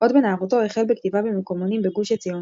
עוד בנערותו החל בכתיבה במקומונים בגוש עציון,